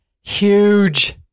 Huge